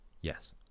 Yes